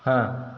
हां